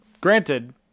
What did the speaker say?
granted